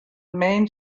main